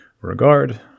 regard